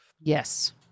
Yes